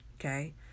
okay